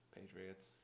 Patriots